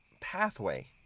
pathway